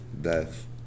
death